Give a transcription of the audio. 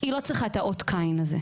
היא לא צריכה את אות הקין הזה.